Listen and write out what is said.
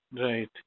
Right